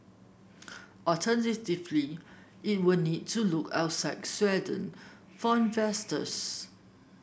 alternatively it will need to look outside Sweden for investors